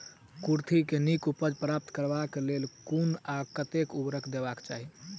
कुर्थी केँ नीक उपज प्राप्त करबाक लेल केँ कुन आ कतेक उर्वरक देबाक चाहि?